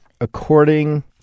according